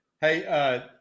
Hey